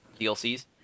DLCs